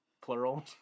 plural